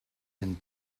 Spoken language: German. denn